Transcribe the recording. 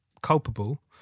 culpable